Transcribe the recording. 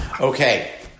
Okay